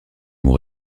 moue